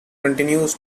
continues